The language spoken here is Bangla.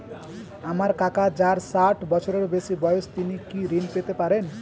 আমার কাকা যার ষাঠ বছরের বেশি বয়স তিনি কি ঋন পেতে পারেন?